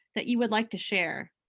that you would like to share?